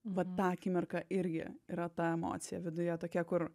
vat tą akimirką irgi yra ta emocija viduje tokia kur